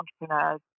entrepreneurs